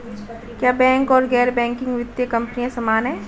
क्या बैंक और गैर बैंकिंग वित्तीय कंपनियां समान हैं?